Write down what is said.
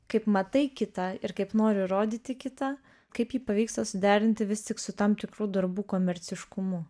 kaip matai kitą ir kaip nori rodyti kitą kaip jį pavyksta suderinti vis tik su tam tikrų darbų komerciškumu